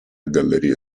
gallerie